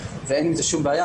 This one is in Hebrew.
ואין עם זה שום בעיה.